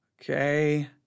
Okay